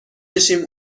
بشیم